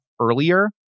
earlier